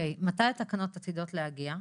מתי התקנות עתידות להגיע?